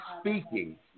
speaking